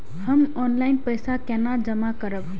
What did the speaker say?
हम ऑनलाइन पैसा केना जमा करब?